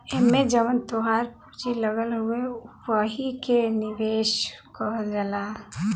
एम्मे जवन तोहार पूँजी लगल हउवे वही के निवेश कहल जाला